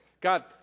God